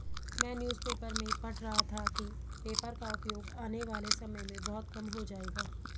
मैं newspaper में पढ़ रहा था कि पेपर का उपयोग आने वाले समय में बहुत कम हो जाएगा